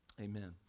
amen